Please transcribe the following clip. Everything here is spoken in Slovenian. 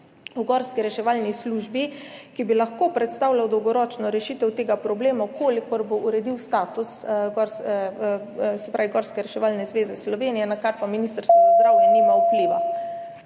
o gorski reševalni službi, ki bi lahko predstavljal dolgoročno rešitev tega problema, če bo uredil status Gorske reševalne zveze Slovenije, na kar pa Ministrstvo za zdravje nima vpliva.